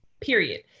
period